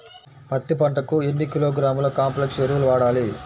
పత్తి పంటకు ఎన్ని కిలోగ్రాముల కాంప్లెక్స్ ఎరువులు వాడాలి?